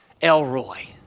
Elroy